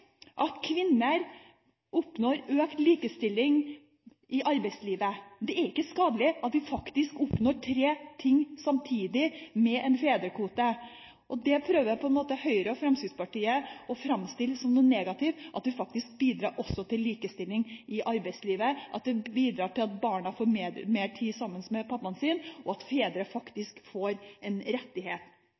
at vi faktisk oppnår tre ting samtidig med en fedrekvote. Høyre og Fremskrittspartiet prøver å framstille det som noe negativt at vi også bidrar til likestilling i arbeidslivet, at det bidrar til at barna får mer tid sammen med pappaen sin og at fedre faktisk får en rettighet.